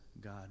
God